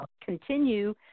continue